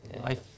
Life